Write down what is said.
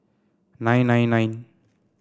nine nine nine